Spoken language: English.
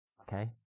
Okay